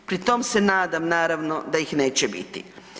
Pri tom se nadam naravno, da ih neće biti.